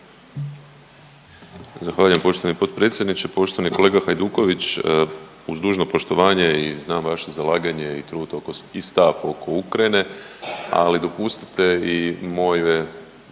Zahvaljujem poštovani potpredsjedniče. Poštovani kolega Hajduković, uz dužno poštovanje i znam vaše zalaganje i trud oko i stav oko Ukrajine, ali dopustite i moje